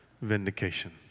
vindication